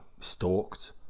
stalked